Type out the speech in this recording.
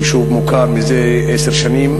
יישוב מוכר מזה עשר שנים,